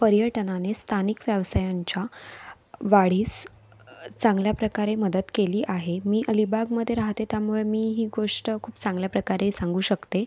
पर्यटनाने स्थानिक व्यवसायांच्या वाढीस चांगल्या प्रकारे मदत केली आहे मी अलिबागमध्ये राहते त्यामुळे मी ही गोष्ट खूप चांगल्या प्रकारे सांगू शकते